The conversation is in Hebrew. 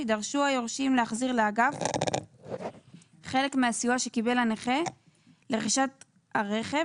יידרשו היורשים להחזיר לאגף חלק מהסיוע שקיבל הנכה לרכישת הרכב,